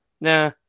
nah